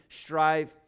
strive